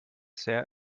sehr